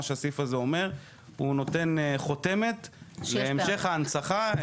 מה שהסעיף הזה אומר הוא נותן חותמת להמשך ההנצחה.